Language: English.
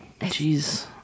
Jeez